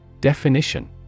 Definition